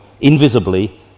invisibly